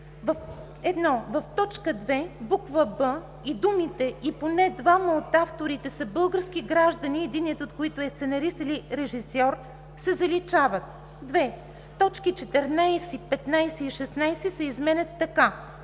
1. В т. 2, буква „б” думите „и поне двама от авторите са български граждани, единият от които е сценарист или режисьор”, се заличават. 2. Точки 14, 15 и 16 се изменят така: